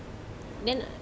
then